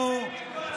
תזכיר, תזכיר את זה.